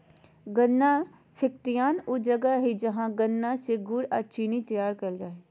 गन्ना फैक्ट्रियान ऊ जगह हइ जहां गन्ना से गुड़ अ चीनी तैयार कईल जा हइ